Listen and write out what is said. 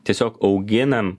tiesiog auginam